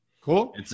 Cool